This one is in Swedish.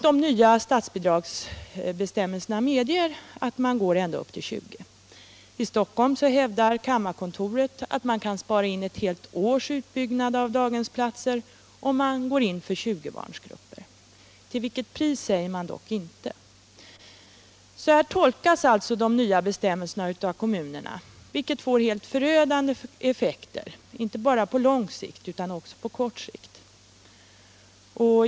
De nya statsbidragsbestämmelserna medger att man går ända upp till 20. I Stockholm hävdar kammarkontoret att man kan spara in ett helt års utbyggnad av daghemsplatser om man går in för 20-barnsgrupper. Till vilket pris säger man dock inte. Så här tolkas alltså de nya bestämmelserna av kommunerna, vilket får helt förödande effekter, inte bara på lång sikt utan också på kort sikt.